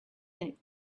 that